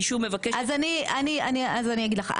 אני שוב מבקשת --- אז אני אגיד לך.